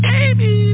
Baby